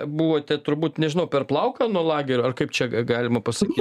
buvote turbūt nežinau per plauką nuo lagerio ar kaip čia galima pasakyt